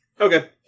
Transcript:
Okay